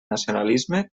nacionalisme